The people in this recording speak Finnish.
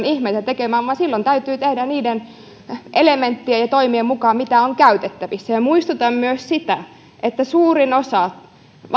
ihmeitä tekemään vaan silloin täytyy tehdä niiden elementtien ja toimien mukaan mitä on käytettävissä muistutan myös siitä että suurin osa